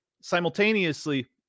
simultaneously